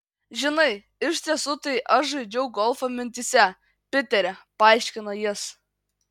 žinai iš tiesų tai aš žaidžiau golfą mintyse piteri paaiškino jis